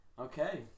Okay